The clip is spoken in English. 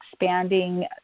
expanding